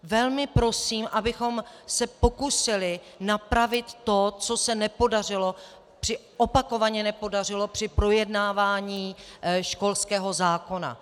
Velmi prosím, abychom se pokusili napravit to, co se opakovaně nepodařilo při projednávání školského zákona.